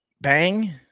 Bang